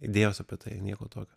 idėjos apie tai nieko tokio